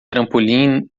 trampolim